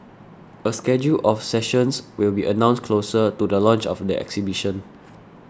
a schedule of sessions will be announced closer to the launch of the exhibition